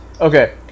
Okay